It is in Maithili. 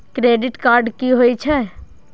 क्रेडिट कार्ड की होई छै?